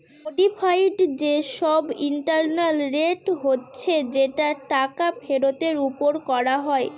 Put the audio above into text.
modified যে সব internal rate হচ্ছে যেটা টাকা ফেরতের ওপর করা হয়